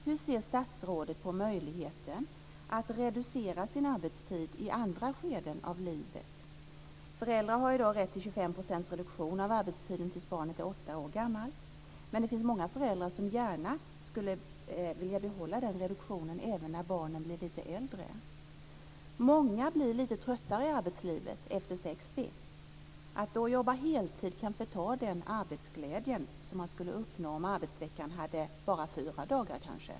Hur ser statsrådet på människors möjlighet att reducera sin arbetstid i olika skeden av livet? Föräldrar har i dag rätt till 25 % reduktion av arbetstiden till dess att barnet är åtta år gammalt, men det finns många föräldrar som gärna skulle vilja behålla den reduktionen även när barnen blir lite äldre. Många blir tröttare i arbetslivet efter 60. Att då jobba heltid kan förta den arbetsglädje som man skulle uppnå om arbetsveckan bara hade fyra dagar.